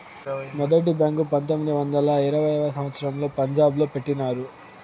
మొదటి బ్యాంకు పంతొమ్మిది వందల ఇరవైయవ సంవచ్చరంలో పంజాబ్ లో పెట్టినారు